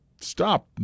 stop